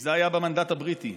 זה היה במנדט הבריטי,